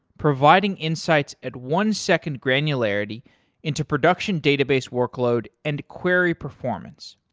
providing insights at one second granularity into production database workload and query performance.